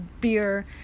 beer